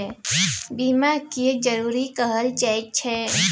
बीमा किये जरूरी कहल जाय छै?